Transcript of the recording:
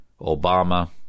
Obama